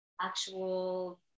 actual